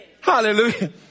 Hallelujah